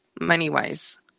money-wise